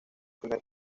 primer